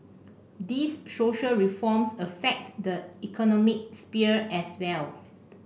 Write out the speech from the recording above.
these social reforms affect the economic sphere as well